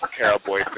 Cowboy